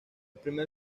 primer